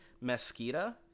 Mesquita